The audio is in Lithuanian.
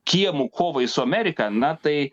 kiemu kovai su amerika na tai